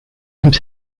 même